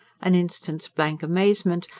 an instant's blank amazement,